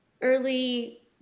early